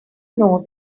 know